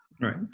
right